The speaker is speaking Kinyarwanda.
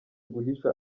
guhisha